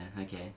okay